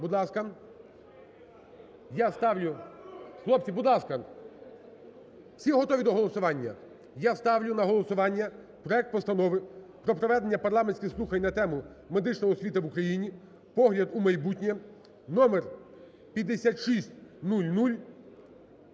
голосування? Я ставлю на голосування проект Постанови про проведення парламентських слухань на тему: "Медична освіта в Україні: погляд у майбутнє" (№ 5600)